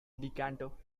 decanter